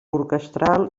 orquestral